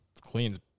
cleans